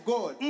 God